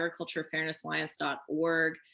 agriculturefairnessalliance.org